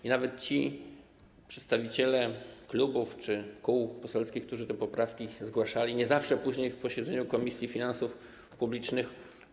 I nawet ci przedstawiciele klubów czy kół poselskich, którzy te poprawki zgłaszali, nie zawsze później uczestniczyli w posiedzeniu Komisji Finansów Publicznych.